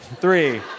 Three